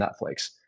Netflix